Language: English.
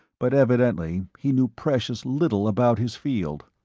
but evidently he knew precious little about his field.